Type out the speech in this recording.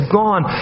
gone